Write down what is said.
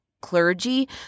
clergy